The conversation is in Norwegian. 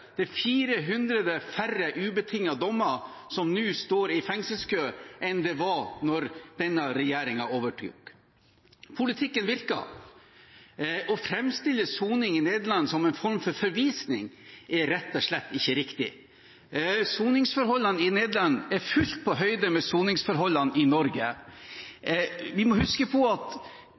Det er 400 færre med ubetingede dommer som nå står i fengselskø, enn det var da denne regjeringen overtok. Politikken virker. Å framstille soning i Nederland som en form for forvisning er rett og slett ikke riktig. Soningsforholdene i Nederland er fullt på høyde med soningsforholdene i Norge. Vi må huske på at